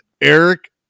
Eric